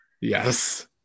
Yes